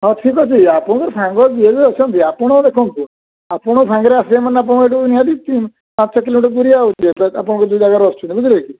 ହଁ ଠିକ୍ ଅଛି ଆପଣଙ୍କ ସାଙ୍ଗ ଯିଏ ବି ଅଛନ୍ତି ଆପଣ ଦେଖନ୍ତୁ ଆପଣ ସାଙ୍ଗରେ ଆସିବା ମାନେ ଆପଣଙ୍କୁ ନିହାତି ତିନି ପାଞ୍ଚ କିଲୋମିଟର ଦୂରିଆ ଆପଣଙ୍କ ଯେଉଁ ଯାଗାରୁ ଆସୁଛନ୍ତି ବୁଝିଲେ କି